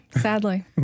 sadly